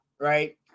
right